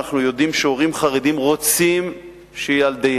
אנחנו יודעים שהורים חרדים רוצים שילדיהם,